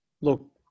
look